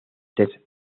test